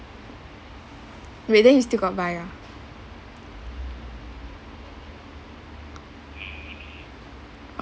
wait then you still got buy ah